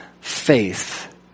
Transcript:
faith